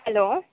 hello